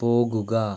പോകുക